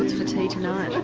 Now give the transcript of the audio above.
for tea tonight? a